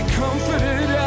comforted